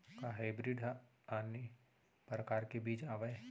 का हाइब्रिड हा आने परकार के बीज आवय?